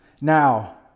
Now